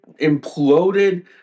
imploded